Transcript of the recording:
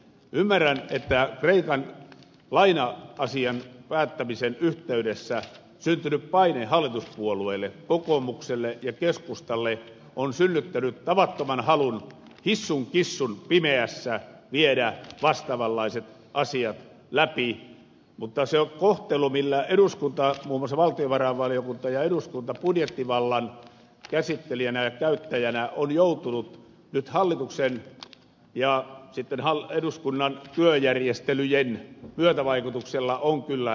ymmärrän että kreikan laina asian päättämisen yhteydessä syntynyt paine hallituspuolueille kokoomukselle ja keskustalle on synnyttänyt tavattoman halun hissun kissun pimeässä viedä vastaavanlaiset asiat läpi mutta se kohtelu minkä kohteeksi muun muassa valtiovarainvaliokunta ja eduskunta budjettivallan käsittelijänä ja käyttäjänä on joutunut nyt hallituksen ja sitten eduskunnan työjärjestelyjen myötävaikutuksella on kyllä ala arvoinen